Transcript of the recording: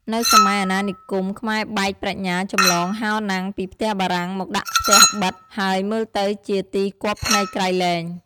នៅសម័យអាណានិគម ខ្មែរបែកប្រាជ្ញាចម្លងហោណាំងពីផ្ទះបារាំងមកដាក់ផ្ទះប៉ិត ហើយមើលទៅជាទីគាប់ភ្នែកក្រៃលែង ។